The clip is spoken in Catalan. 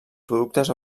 productes